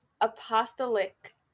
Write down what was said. Apostolic